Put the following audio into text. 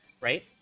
right